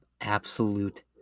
absolute